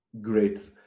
Great